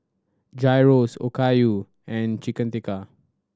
Gyros Okayu and Chicken Tikka